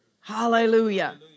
Hallelujah